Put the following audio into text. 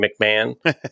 McMahon